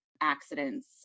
accidents